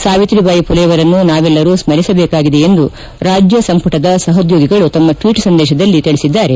ಸಾವಿತ್ರಿಬಾಯಿ ಪುಲೆಯವರನ್ನು ನಾವೆಲ್ಲರೂ ಸ್ಥರಿಸಬೇಕಾಗಿದೆ ಎಂದು ರಾಜ್ಯ ಸಂಪುಟದ ಸಹದ್ಯೋಗಿಗಳು ತಮ್ಮ ಟ್ವೀಟ್ ಸಂದೇಶದಲ್ಲಿ ತಿಳಿಸಿದ್ದಾರೆ